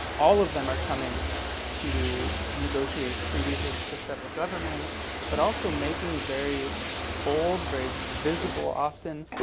all of them are coming to negotiate treaties with the federal government but also making very bold, very visible often,